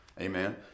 Amen